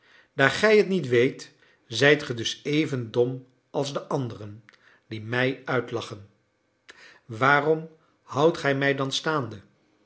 daar gij het niet weet zijt ge dus even dom als de anderen die mij uitlachen waarom houdt gij mij dan staande